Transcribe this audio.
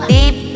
Deep